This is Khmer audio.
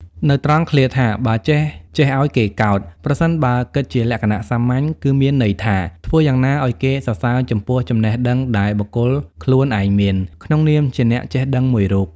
នៅត្រង់ឃ្លាថា បើចេះ ចេះឲ្យគេកោត ប្រសិនបើគិតជាលក្ខណៈសាមញ្ញគឺមានន័យថា ធ្វើយ៉ាងណាឲ្យគេសរសើរចំពោះចំណេះដឹងដែលបុគ្គលខ្លួនឯងមាន ក្នុងនាមជាអ្នកចេះដឹងមួយរូប។